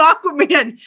Aquaman